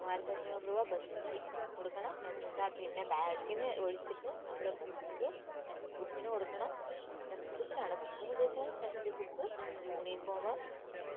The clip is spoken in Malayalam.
മൂവ്വായിരത്തഞ്ഞൂറ് രൂപ ബസ്സ് ഫീ കൊടുക്കണം എക്സ്ട്ര പിന്നെ ബാഗിന് ഒഴിച്ചിട്ട് നമ്മൾ ബുക്ക് ടെക്സ്റ്റ് ബുക്കിന് കൊടുക്കണം ടെക്സ്റ്റ് ബുക്കിനാണ് ബുക്കെന്നു ഉദ്ദേശിച്ചത് ടെക്സ്റ്റ് ബുക്ക് യൂണിഫോം